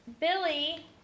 Billy